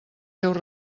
seus